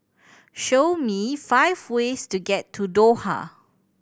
show me five ways to get to Doha